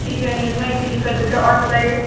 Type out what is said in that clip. ठीक है नेनुआ एक के जी कर देते हैं और बताइए